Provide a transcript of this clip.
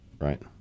right